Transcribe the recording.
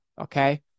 Okay